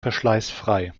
verschleißfrei